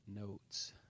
notes